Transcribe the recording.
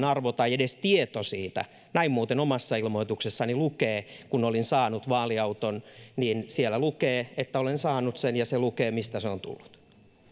arvo tai edes tieto siitä näin muuten omassa ilmoituksessani lukee kun olin saanut vaaliauton niin siellä lukee että olen saanut sen ja lukee se mistä se on tullut